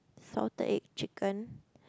salted egg chicken